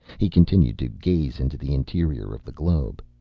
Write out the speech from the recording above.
he continued to gaze into the interior of the globe,